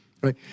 right